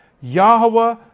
Yahweh